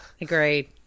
Agreed